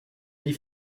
les